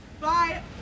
bye